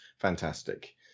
fantastic